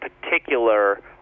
particular